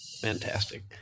Fantastic